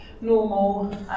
normal